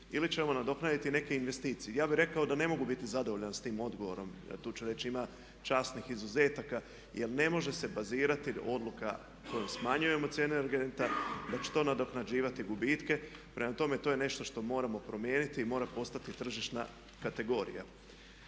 ili ćemo nadoknaditi neke investicije. Ja bih rekao da ne mogu biti zadovoljan sa tim odgovorom, da tu već ima časnih izuzetaka jer ne može se bazirati odluka kojom smanjujemo cijene energenata da će to nadoknađivati gubitke. Prema tome, to je nešto što moramo promijeniti i mora postati tržišna kategorija.